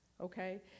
okay